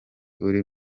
uri